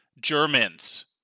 germans